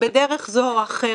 בדרך זו או אחרת.